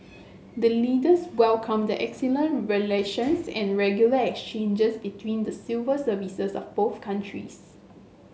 the Leaders welcomed the excellent relations and regular exchanges between the civil services of both countries